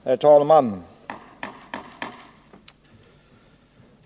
Herr talman!